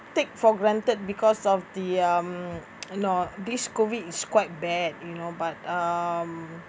take for granted because of the um you know this COVID is quite bad you know but um